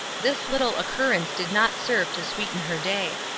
this little occurrence did not serve to sweeten her day.